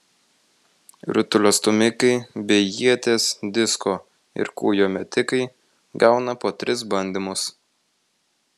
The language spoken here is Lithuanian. rutulio stūmikai bei ieties disko ir kūjo metikai gauna po tris bandymus